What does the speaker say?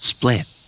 Split